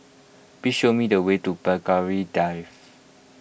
please show me the way to Belgravia Drive